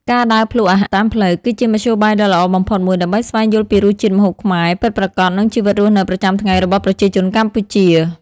ការដើរភ្លក្សអាហារតាមផ្លូវ គឺជាមធ្យោបាយដ៏ល្អបំផុតមួយដើម្បីស្វែងយល់ពីរសជាតិម្ហូបខ្មែរពិតប្រាកដ និងជីវិតរស់នៅប្រចាំថ្ងៃរបស់ប្រជាជនកម្ពុជា ។